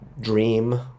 dream